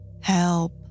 Help